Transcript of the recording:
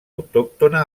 autòctona